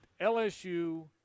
LSU